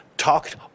talked